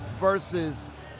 versus